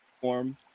form